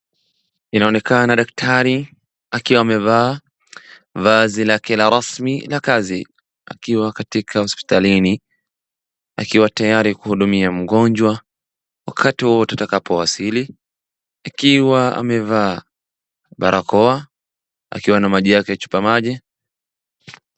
Inaonekana daktari akiwa amevaa vazi lake la rasmi la kazi akiwa katika hospitalini akiwa tayari kuhudumia mgonjwa wakati wowote atakapowasili akiwa amevaa barakoa akiwa na maji yake chupa maji.